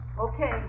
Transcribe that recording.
Okay